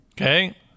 Okay